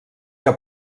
que